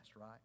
right